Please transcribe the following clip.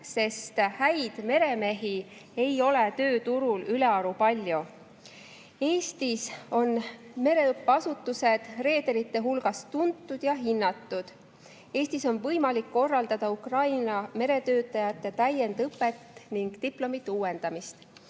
sest häid meremehi ei ole tööturul ülearu palju. Eestis on mereõppeasutused reederite hulgas tuntud ja hinnatud. Eestis on võimalik korraldada Ukraina meretöötajate täiendõpet ning diplomite uuendamist.